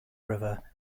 river